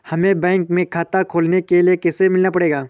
हमे बैंक में खाता खोलने के लिए किससे मिलना पड़ेगा?